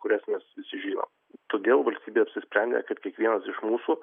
kurias mes visi žinom todėl valstybė apsisprendė kad kiekvienas iš mūsų